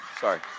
sorry